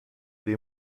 dem